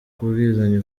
kubwizanya